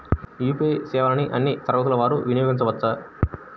UPI సేవలని అన్నీ తరగతుల వారు వినయోగించుకోవచ్చా?